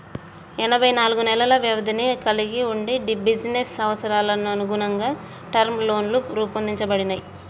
ఎనబై నాలుగు నెలల వ్యవధిని కలిగి వుండి బిజినెస్ అవసరాలకనుగుణంగా టర్మ్ లోన్లు రూపొందించబడినయ్